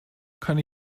kann